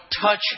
touch